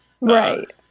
Right